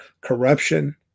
corruption